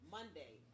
Monday